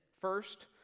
First